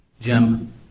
Jim